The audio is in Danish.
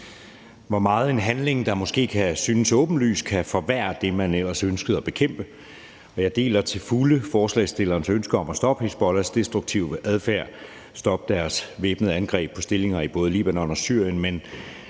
hvor meget en handling, der måske kan synes åbenlys, kan forværre det, man ellers ønskede at bekæmpe, og jeg deler til fulde forslagsstillernes ønske om at stoppe Hizbollahs destruktive adfærd og stoppe deres væbnede angreb på både stillinger i Libanon og Syrien.